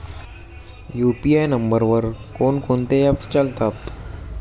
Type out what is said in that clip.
UPI नंबरवर कोण कोणते ऍप्स चालतात?